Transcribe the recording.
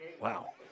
Wow